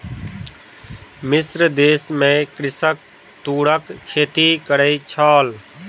मिस्र देश में कृषक तूरक खेती करै छल